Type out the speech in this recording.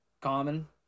common